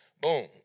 boom